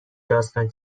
داستان